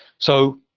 so,